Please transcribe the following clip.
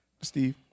Steve